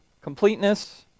completeness